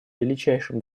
величайшим